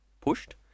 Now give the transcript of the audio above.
pushed